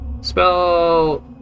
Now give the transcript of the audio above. Spell